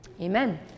Amen